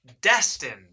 Destined